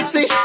See